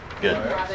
good